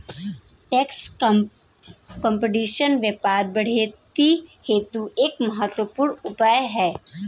tax competition व्यापार बढ़ोतरी हेतु एक महत्वपूर्ण उपाय है